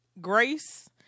grace